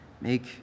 make